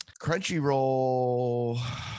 Crunchyroll